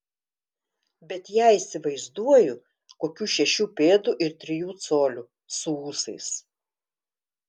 bet ją įsivaizduoju kokių šešių pėdų ir trijų colių su ūsais